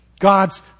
God's